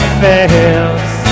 fails